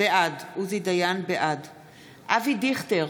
בעד אבי דיכטר,